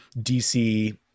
dc